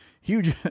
huge